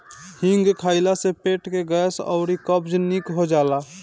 हिंग खइला से पेट के गैस अउरी कब्ज निक हो जाला